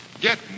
Get